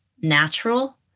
natural